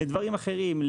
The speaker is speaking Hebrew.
לדברים אחרים.